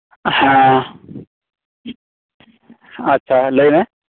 ᱦᱮᱸ ᱟᱪᱪᱷᱟ ᱞᱟᱹᱭᱢᱮ